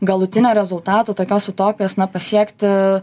galutinio rezultato tokios utopijos na pasiekti